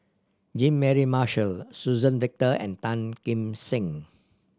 Jean Mary Marshall Suzann Victor and Tan Kim Seng